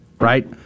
Right